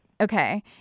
Okay